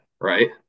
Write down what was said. right